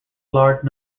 large